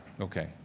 Okay